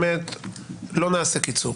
לא נעשה קיצור.